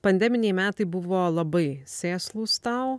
pandeminiai metai buvo labai sėslūs tau